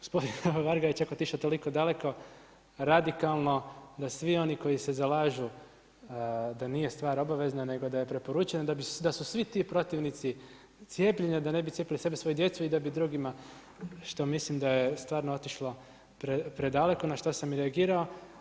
Gospodin Varga je čak otišao toliko daleko radikalno da svi oni koji se zalažu da nije stvar obavezna nego da je preporučena da su svi ti protivnici cijepljenja da ne bi cijepili sebe i svoju djecu i da bi drugima što mislim da je stvarno otišlo predaleko na što sam i reagirao.